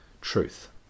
truth